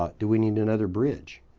ah do we need another bridge?